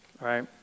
Right